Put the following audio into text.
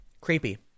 Creepy